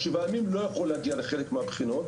שבעה ימים לא יכול להגיע לחלק מהבחינות,